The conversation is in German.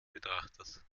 betrachters